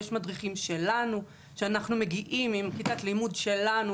יש מדריכים שלנו שאנחנו מגיעים עם כיתת לימוד שלנו